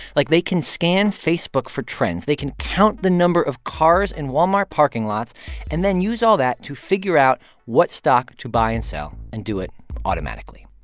like, they can scan facebook for trends. they can count the number of cars in walmart parking lots and then use all that to figure out what stock to buy and sell and do it automatically.